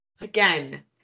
again